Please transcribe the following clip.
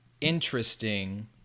interesting